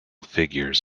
figures